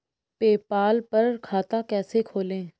PayPal पर खाता कैसे खोलें?